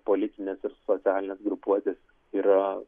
politinės ir socialinės grupuotės yra